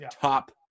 top